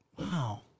Wow